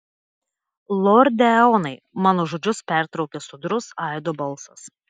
lorde eonai mano žodžius pertraukė sodrus aido balsas